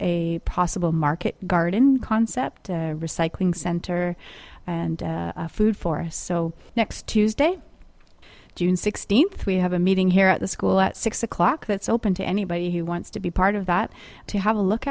a possible market garden concept recycling center and food for us so next tuesday june sixteenth we have a meeting here at the school at six o'clock that's open to anybody who wants to be part of that to have a look